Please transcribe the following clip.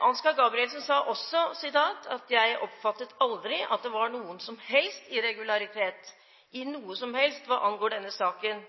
Ansgar Gabrielsen sa også: «Jeg oppfattet aldri at det var noen som helst irregularitet i noe som helst hva angikk denne saken.»